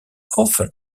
often